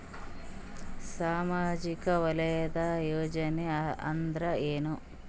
ಸಾಮಾಜಿಕ ವಲಯದ ಯೋಜನೆ ಅಂದ್ರ ಏನ?